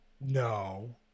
No